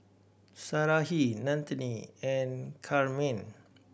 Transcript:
Sarahi Nannette and Carmine